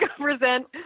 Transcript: present